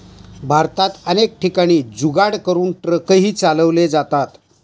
भारतात अनेक ठिकाणी जुगाड करून ट्रकही चालवले जातात